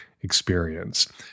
experience